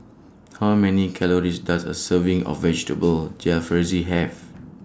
How Many Calories Does A Serving of Vegetable Jalfrezi Have